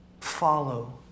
follow